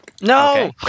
No